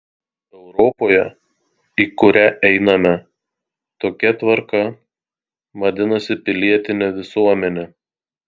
europoje į kurią einame tokia tvarka vadinasi pilietine visuomene